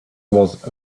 was